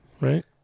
right